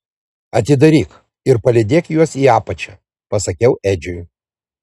atidaryk ir palydėk juos į apačią pasakiau edžiui